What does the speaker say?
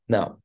Now